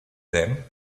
them